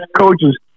coaches